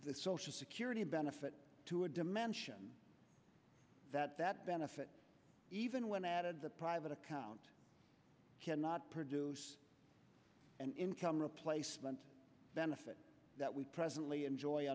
the social security benefit to a dimension that that benefit even when added the private account cannot produce an income replacement benefit that we presently enjoy